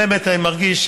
על אמת, אני מרגיש,